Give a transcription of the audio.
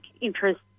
interest